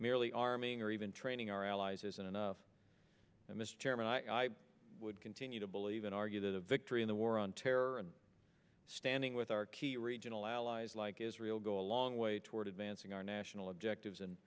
merely arming or even training our allies isn't enough mr chairman i would continue to believe in argue that a victory in the war on terror and standing with our key regional allies like israel go a long way toward advancing our national objectives and